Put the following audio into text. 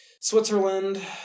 Switzerland